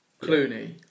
Clooney